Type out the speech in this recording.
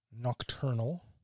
nocturnal